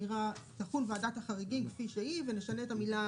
לומר "תחול ועדת החריגים כפי שהיא" ולשנות את המילים,